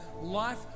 life